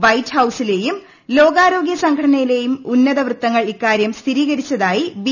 white ഹൌസിലെയും ലോകാരോഗ്യ സംഘടനയിലെയും ഉന്നത വൃത്തങ്ങൾ ഇക്കാര്യം സ്ഥിരീകരിച്ചതായി ബി